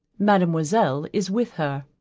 mademoiselle is with her.